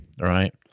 right